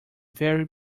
very